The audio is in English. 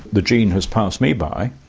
the gene has passed me by,